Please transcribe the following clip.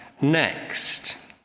next